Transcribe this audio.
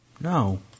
No